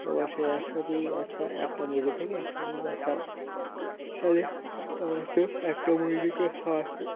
আবার সেই একশো পিস বাচ্চা একটা মুরগি থেকে একশো পিস বাচ্চা বাঁচে তাহলে আমার তো একটা মুরগিকে খাওয়াতে